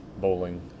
bowling